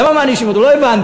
למה מענישים אותו, לא הבנתי.